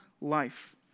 life